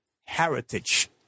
heritage